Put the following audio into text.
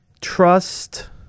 trust